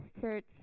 church